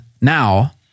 now